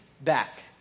back